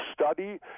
study